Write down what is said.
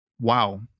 Wow